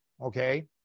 okay